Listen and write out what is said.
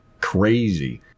crazy